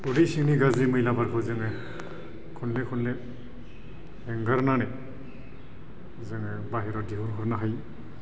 उदै सिंनि गाज्रि मैलाफोरखौ जोङो खनले खनले एंगारनानै जोङो बाहेरायाव दिहुन हरनो हायो